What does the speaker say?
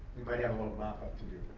we might have a little mop up to do.